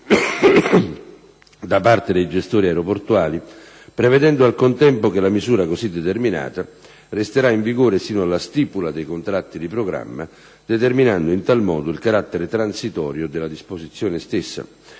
da parte dei gestori aeroportuali, prevedendo al contempo che la misura così determinata resterà in vigore sino alla stipula dei contratti di programma determinando, in tal modo, il carattere transitorio della disposizione stessa.